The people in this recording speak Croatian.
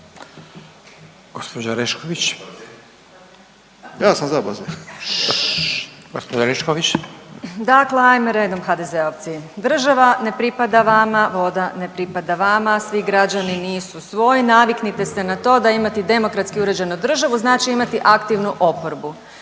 **Orešković, Dalija (Stranka s imenom i prezimenom)** Dakle, ajmo redom HDZ-ovci, država ne pripada vama, voda ne pripada vama, svi građani nisu svoji, naviknite se na to da imati demokratski uređenu državu znači imati aktivnu oporbu.